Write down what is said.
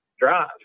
drive